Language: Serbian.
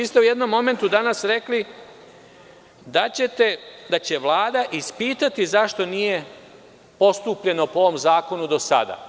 U jednom momentu ste danas rekli da će Vlada ispitati zašto nije postupljeno po ovom zakonu do sada.